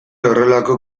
horrelako